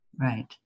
Right